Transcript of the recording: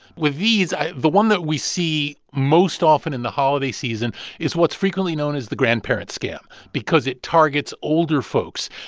with these, the one that we see most often in the holiday season is what's frequently known as the grandparent scam because it targets older folks.